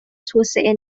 توسعه